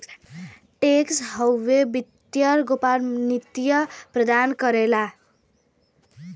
tax haven वित्तीय गोपनीयता प्रदान करला